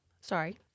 sorry